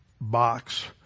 box